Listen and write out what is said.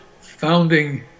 founding